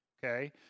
Okay